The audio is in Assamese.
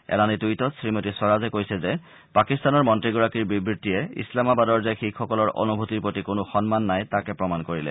এলানি টুইটত শ্ৰীমতী স্বৰাজে কৈছে যে পাকিস্তানৰ মন্ত্ৰীগৰাকীৰ বিবৃতিয়ে ইছলামাবাদৰ যে শিখসকলৰ অনুভূতিৰ প্ৰতি কোনো সন্মান নাই তাকে প্ৰমাণ কৰিলে